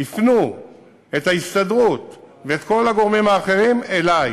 הפנו את ההסתדרות ואת כל הגורמים האחרים אלי.